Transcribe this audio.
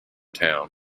town